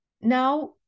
Now